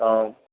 പാവം